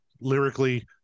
Lyrically